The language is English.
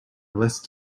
list